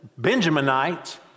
Benjaminites